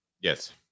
Yes